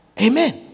Amen